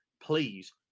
please